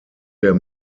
der